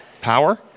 Power